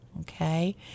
okay